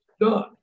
done